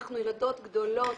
אנחנו ילדות גדולות,